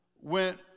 went